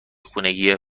خونگیه